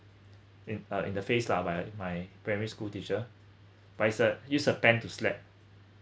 in uh in the face lah by my primary school teacher but is a use a pen to slap